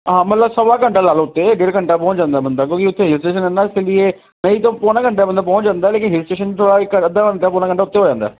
ਹਾਂ ਮਤਲਬ ਸਵਾ ਘੰਟਾ ਲਾ ਲਓ ਅਤੇ ਡੇਢ ਘੰਟਾ ਪਹੁੰਚ ਜਾਂਦਾ ਬੰਦਾ ਕਿਉਂਕਿ ਉੱਥੇ ਹਿਲ ਸਟੇਸ਼ਨ ਨਹੀਂ ਤੋਂ ਪੋਣਾ ਘੰਟਾ ਬੰਦਾ ਪਹੁੰਚ ਜਾਂਦਾ ਲੇਕਿਨ ਹਿਲ ਸਟੇਸ਼ਨ ਇੱਕ ਅੱਧਾ ਪੋਣਾ ਘੰਟਾ ਉੱਤੇ ਹੋ ਜਾਂਦਾ